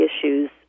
issues